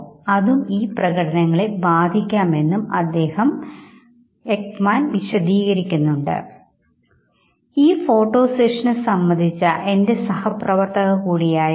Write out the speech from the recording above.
എന്നാൽ ഭാരതീയ സംസ്കാരത്തിൽ നിന്നും ഭിന്നമായ സാംസ്കാരിക അവസ്ഥയിലുള്ള രാജ്യങ്ങളിലെ വ്യക്തികൾ കൊടുക്കുന്ന മറുപടി നന്നായിരിക്കുന്നു അത്ര മോശമല്ല തുടങ്ങിയ പോസിറ്റീവ് ആയിട്ടുള്ള മറുപടികളാണ്